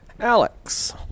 Alex